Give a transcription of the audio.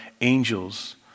angels